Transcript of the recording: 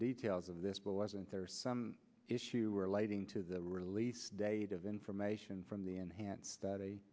details of this but wasn't there some issue relating to the release date of information from the enhance study